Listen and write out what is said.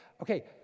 okay